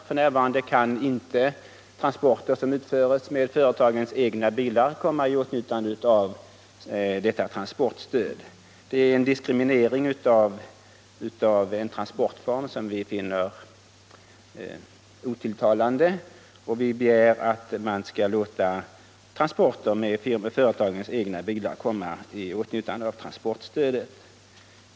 F.n. kan inte transporter som utföres med företagens egna bilar komma i åtnjutande av detta transportstöd. Denna transportform diskrimineras på ett sätt som vi inte finner till talande, och vi begär således att man skall låta transporter med företagens egna bilar komma i åtnjutande av transportstödet.